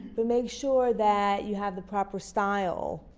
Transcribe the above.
but make sure that you have the proper style